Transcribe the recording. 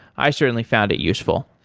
i certainly found it useful.